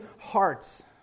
hearts